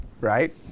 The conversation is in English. right